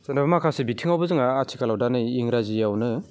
जेनेबा माखासे बिथिङावबो जोंहा आथिखालाव दा नै इंराजियावनो